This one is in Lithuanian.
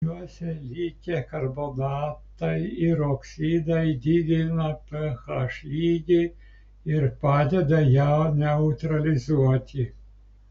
juose likę karbonatai ir oksidai didina ph lygį ir padeda ją neutralizuoti